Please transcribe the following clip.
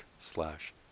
slash